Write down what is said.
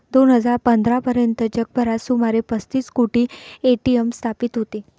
दोन हजार पंधरा पर्यंत जगभरात सुमारे पस्तीस कोटी ए.टी.एम स्थापित होते